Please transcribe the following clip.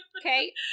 Okay